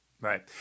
Right